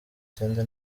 cyenda